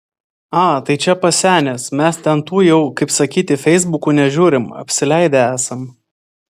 a tai čia pasenęs mes ten tų jau kaip sakyti feisbukų nežiūrim apsileidę esam